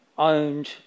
Owned